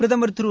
பிரதமர் திரு